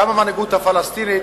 גם המנהיגות הפלסטינית,